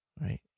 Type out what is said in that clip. right